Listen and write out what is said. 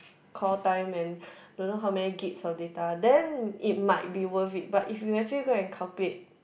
call time and don't know how many Gits of data then it might be worth it but if you actually go and calculate